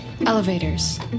Elevators